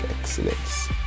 excellence